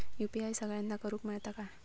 UPI सगळ्यांना करुक मेलता काय?